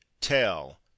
tell